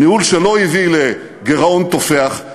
ניהול שלא הביא לגירעון תופח,